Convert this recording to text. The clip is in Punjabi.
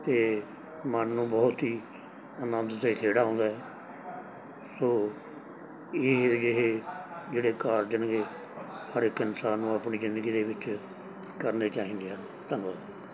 ਇਹ ਮਨ ਨੂੰ ਬਹੁਤ ਹੀ ਆਨੰਦ ਅਤੇ ਖੇੜਾ ਆਉਂਦਾ ਸੋ ਇਹ ਅਜਿਹੇ ਜਿਹੜੇ ਕਾਰਜ ਨੇ ਹਰ ਇੱਕ ਇਨਸਾਨ ਨੂੰ ਆਪਣੀ ਜ਼ਿੰਦਗੀ ਦੇ ਵਿੱਚ ਕਰਨੇ ਚਾਹੀਦੇ ਹਨ ਧੰਨਵਾਦ